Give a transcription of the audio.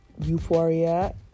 euphoria